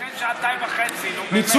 לפני שעתיים וחצי, נו, באמת.